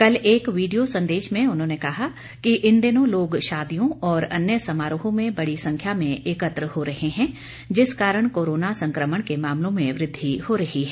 कल एक वीडियो संदेश में उन्होंने कहा कि इन दिनों लोग शादियों और अन्य समारोहों में बड़ी संख्या में एकत्र हो रहे हैं जिस कारण कोरोना संकमण के मामलों में वृद्वि हो रही है